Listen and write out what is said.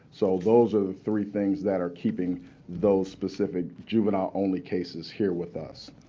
so those are the three things that are keeping those specific juvenile-only cases here with us.